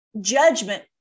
judgment